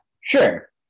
Sure